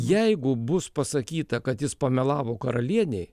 jeigu bus pasakyta kad jis pamelavo karalienei